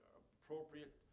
appropriate